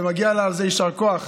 ומגיע לה על זה יישר כוח,